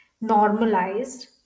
normalized